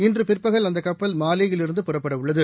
இன்று பிற்பகல் அந்த கப்பல் மாலேயிலிருந்து புறப்பட உள்ளது